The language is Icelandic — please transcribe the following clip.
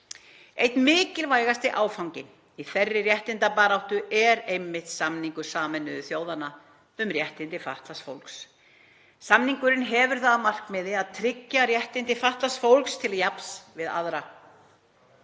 Einn mikilvægasti áfanginn í þeirri réttindabaráttu er samningur Sameinuðu þjóðanna um réttindi fatlaðs fólks. Samningurinn hefur það að markmiði að tryggja réttindi fatlaðs fólks til jafns við aðra.“